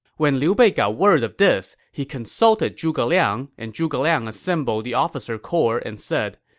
when liu bei got word of this, he consulted zhuge liang, and zhuge liang assembled the officer corps and said,